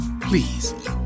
please